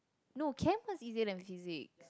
no chem was easier than physics